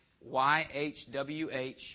Y-H-W-H